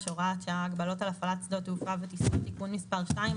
(הוראת שעה) (הגבלות על הפעלת שדות תעופה וטיסות) (תיקון מס' 2),